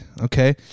okay